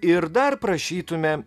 ir dar prašytume